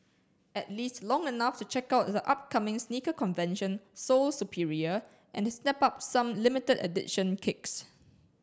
at least long enough to check out the upcoming sneaker convention Sole Superior and the snap up some limited edition kicks